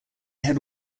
had